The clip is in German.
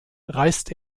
reißt